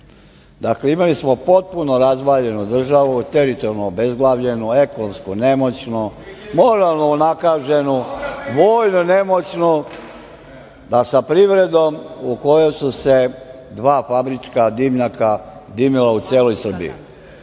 godine. Dakle, imali smo potpuno razvaljenu državu teritorijalno obezglavljenu, ekonomsku nemoćnu, moralno unakaženu, vojnu nemoćnu, da sa privredom u kojoj su se dva fabrička dimnjaka dimila u celoj Srbiji.